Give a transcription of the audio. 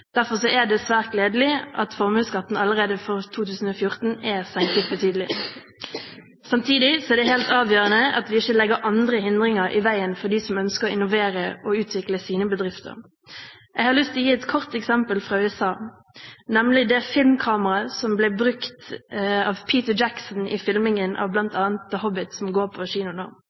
Derfor er det svært gledelig at formuesskatten allerede for 2014 er senket betydelig. Samtidig er det helt avgjørende at vi ikke legger andre hindringer i veien for dem som ønsker å innovere og utvikle sine bedrifter. Jeg har lyst til å gi et kort eksempel fra USA, nemlig det filmkameraet som ble brukt av Peter Jackson i filmingen av bl.a. «The Hobbit», som går på kino